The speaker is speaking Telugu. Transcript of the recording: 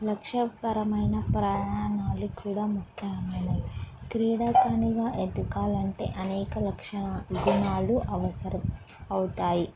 లక్ష్యపరమైన ప్రయాణాలు కూడా ముఖ్యమైనయి క్రీడాకారునిగా ఎదగాలంటే అనేక లక్షణ విధానాలు అవసరం అవుతాయి